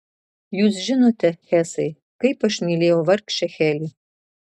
jūs žinote hesai kaip aš mylėjau vargšę heli